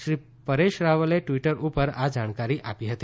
શ્રી પરેશ રાવલે ટવીટર ઉપર આ જાણકારી આપી હતી